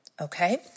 okay